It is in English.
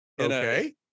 Okay